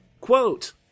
Quote